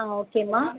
ஆ ஓகேம்மா